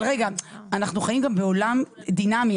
אנחנו חיים גם בעולם דינמי,